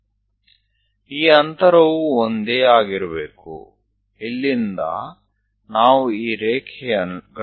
આ અંતર અહીંયાથી સરખું હોવું જોઈએ